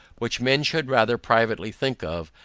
which men should rather privately think of,